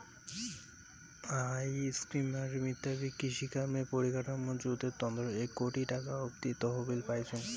I স্কিমটার মুতাবিক কৃষিকামের পরিকাঠামর জুতের তন্ন এক কোটি টাকা অব্দি তহবিল পাইচুঙ